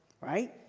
right